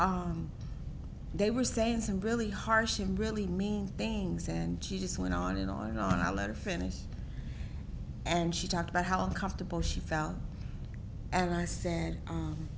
they were saying some really harsh and really mean things and she just went on and on and i let her finish and she talked about how uncomfortable she felt and i said